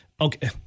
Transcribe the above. Okay